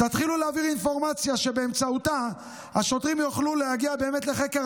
תתחילו להעביר אינפורמציה שבאמצעותה השוטרים יוכלו להגיע באמת לחקר